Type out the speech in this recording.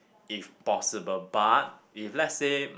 if possible but if let's say